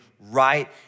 right